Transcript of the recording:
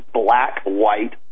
black-white